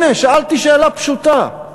הנה, שאלתי שאלה פשוטה.